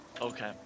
Okay